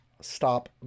stop